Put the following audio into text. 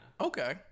Okay